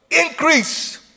increase